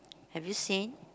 have you seen